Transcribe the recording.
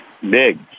big